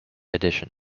edition